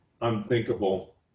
unthinkable